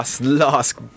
last